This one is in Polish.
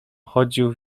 chodził